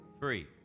free